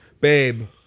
babe